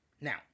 Now